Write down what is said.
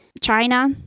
China-